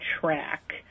track